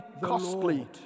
costly